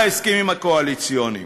בהסכמים הקואליציוניים?